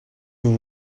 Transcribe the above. vous